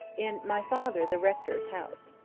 in my father, the rector's house.